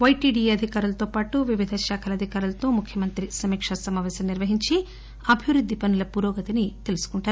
YTDA అధికారులతో పాటు వివిధ శాఖల అధికారులతో ముఖ్యమత్రి సమీక్ష సమావేశం నిర్వహించి అభివృద్ది పనుల పురోగతిని తెలుసుకుంటారు